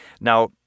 Now